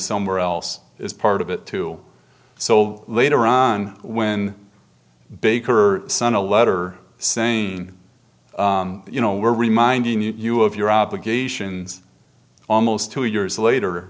somewhere else as part of it too so later on when baker son a letter saying you know we're reminding you of your obligations on most two years later